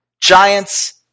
Giants